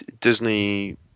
Disney